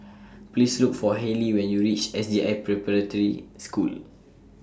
Please Look For Hayley when YOU REACH S J I Preparatory School